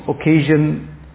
occasion